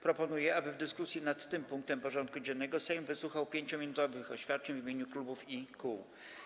Proponuję, aby w dyskusji nad tym punktem porządku dziennego Sejm wysłuchał 5-minutowych oświadczeń w imieniu klubów i kół.